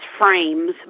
frames